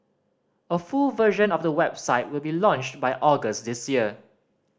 a full version of the website will be launched by August this year